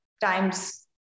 times